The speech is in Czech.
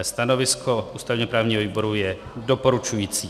Stanovisko ústavněprávního výboru je doporučující.